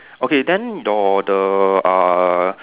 okay then your the uh